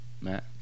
Matt